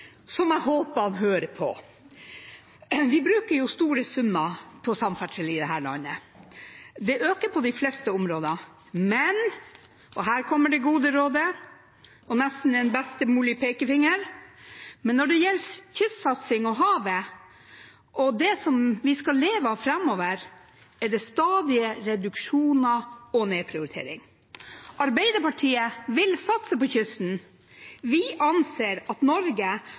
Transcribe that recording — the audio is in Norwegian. som jeg håper han hører på. Vi bruker store summer på samferdsel i dette landet. Det øker på de fleste områder, men – og her kommer det gode rådet og nesten en «bestemoderlig» pekefinger – når det gjelder kystsatsing og havet og det som vi skal leve av framover, er det stadig reduksjoner og nedprioritering. Arbeiderpartiet vil satse på kysten. Vi anser at Norge